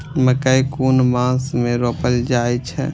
मकेय कुन मास में रोपल जाय छै?